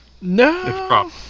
No